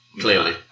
clearly